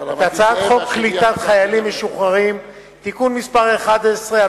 את הצעת חוק קליטת חיילים משוחררים (תיקון מס' 11),